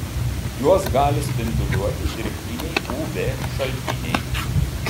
juos gali spinduliuoti dirbtiniai uv šaltiniai